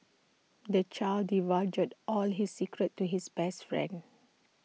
the child divulged all his secrets to his best friend